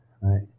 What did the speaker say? right